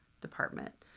department